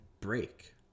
break